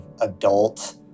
adult